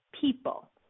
people